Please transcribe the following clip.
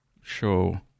show